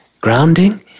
grounding